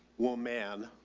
one man,